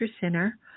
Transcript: Center